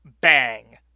bang